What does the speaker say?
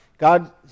God